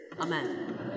Amen